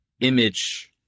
image